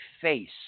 face